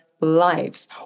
lives